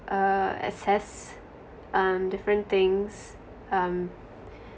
uh access um different things um